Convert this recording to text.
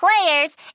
players